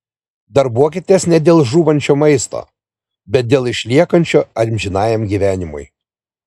darbuokitės ne dėl žūvančio maisto bet dėl išliekančio amžinajam gyvenimui